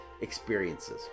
experiences